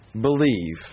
believe